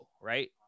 right